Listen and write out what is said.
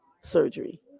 surgery